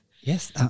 Yes